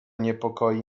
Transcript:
niepokoi